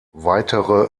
weitere